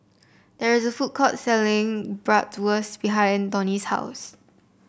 there is a food court selling Bratwurst behind Donnie's house